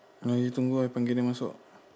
ah you tunggu I panggil dia masuk